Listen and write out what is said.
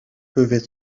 peuvent